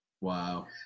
Wow